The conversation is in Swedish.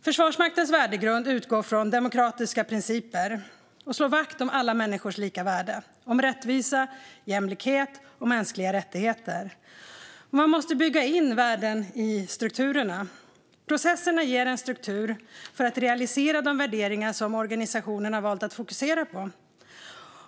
Försvarsmaktens värdegrund utgår från demokratiska principer och slår vakt om alla människors lika värde, om rättvisa, jämlikhet och mänskliga rättigheter. Man måste bygga in värdena i strukturerna. Processerna ger en struktur för att realisera de värderingar som organisationen har valt att fokusera på.